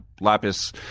Lapis